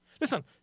Listen